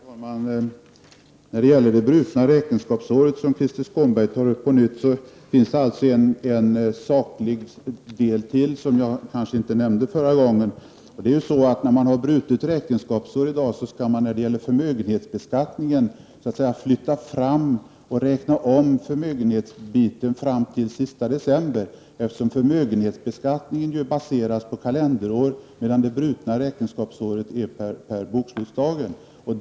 Herr talman! När det gäller det brutna räkenskapsåret, som Krister Skånberg tar upp på nytt, finns det en saklig del till, som jag kanske inte nämnde förra gången. När man i dag har brutet räkenskapsår skall man med anledning av förmögenhetsbeskattningen flytta fram och räkna om förmögenheten till den sista december, eftersom förmögenhetsbeskattningen baseras på kalenderår, medan det brutna räkenskapsåret gäller per bokslutsdagen.